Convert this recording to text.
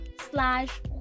slash